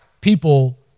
People